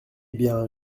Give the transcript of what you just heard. bien